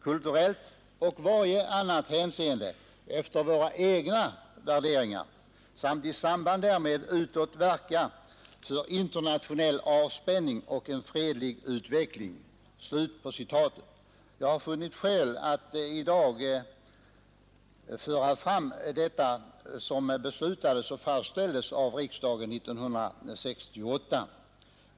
kulturellt och varje annat hänseende efter våra egna värderingar samt i samband därmed utåt verka för internationell avspänning och en fredlig utveckling.” Jag har funnit skäl att framföra detta.